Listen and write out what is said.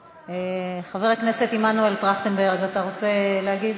חבר הכנסת מנואל טרכטנברג, אתה רוצה להגיב?